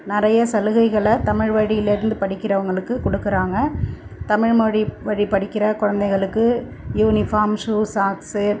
நிறைய சலுகைகளை தமிழ்வழியில் இருந்து படிக்கிறவங்களுக்கு கொடுக்குறாங்க தமிழ்மொழி வழி படிக்கின்ற குழந்தைகளுக்கு யூனிஃபார்ம் ஷூ சாக்ஸ்ஸு